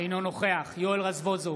אינו נוכח יואל רזבוזוב,